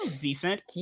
Decent